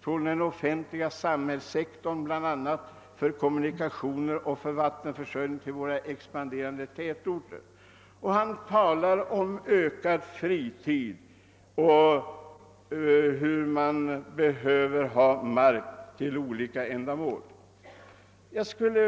Från den offentliga samhällssektorn bland annat för kommunikationer och för vattenförsörjningen till våra expanderande tätorter.> Han talar också om ökad frihet och om hur man behöver mark till olika ändamål.